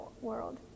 world